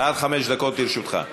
עד חמש דקות לרשותך.